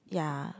ya